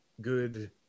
good